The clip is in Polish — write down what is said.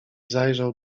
zajrzał